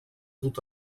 dut